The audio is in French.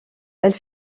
elle